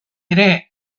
ere